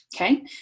Okay